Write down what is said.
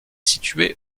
située